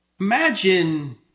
imagine